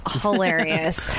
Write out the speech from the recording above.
hilarious